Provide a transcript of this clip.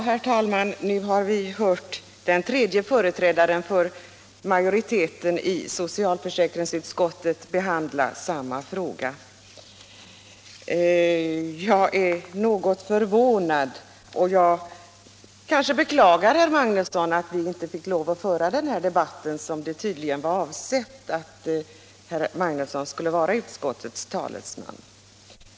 Herr talman! Nu har vi hört den tredje företrädaren för majoriteten i socialförsäkringsutskottet behandla samma fråga. Jag är något förvånad, och jag beklagar, herr Magnusson i Nennesholm, att jag inte fick lov att föra den här debatten med herr Magnusson som utskottets talesman.